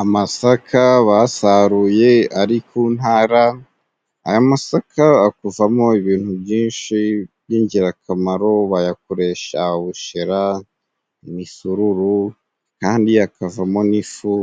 Amasaka basaruye ari ku ntara. Aya masaka akuvamo ibintu byinshi by'ingirakamaro bayakoresha ubushera, imisururu, kandiki akavamo n'ifu